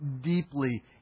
deeply